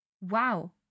wow